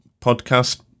podcast